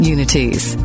Unity's